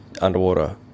underwater